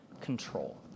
control